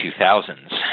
2000s